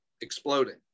exploding